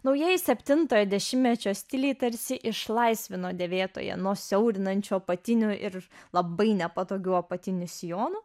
naujieji septintojo dešimtmečio stiliai tarsi išlaisvino dėvėtoją nuo siaurinančio apatinių ir labai nepatogių apatiniu sijonu